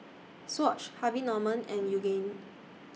Swatch Harvey Norman and Yoogane